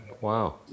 Wow